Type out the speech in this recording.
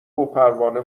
وپروانه